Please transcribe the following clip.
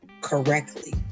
correctly